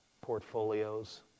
portfolios